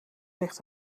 ligt